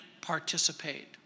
participate